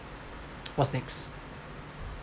what's next